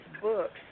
books